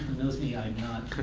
knows me, i'm not